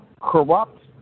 corrupt